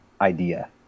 idea